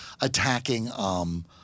attacking –